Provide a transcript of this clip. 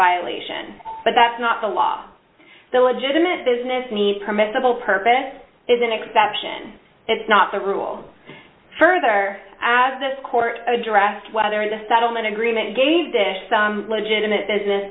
violation but that's not the law the legitimate business needs permissible purpose is an exception it's not the rule further as this court addressed whether the settlement agreement gave the issue some legitimate business